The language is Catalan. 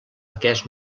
aquest